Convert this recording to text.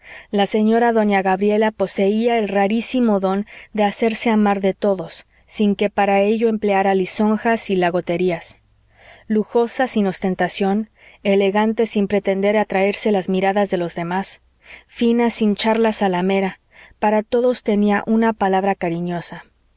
la señora doña gabriela poseía el rarísimo don de hacerse amar de todos sin que para ello empleara lisonjas y lagoterías lujosa sin ostentación elegante sin pretender atraerse las miradas de los demás fina sin charla zalamera para todos tenía una palabra cariñosa